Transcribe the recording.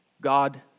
God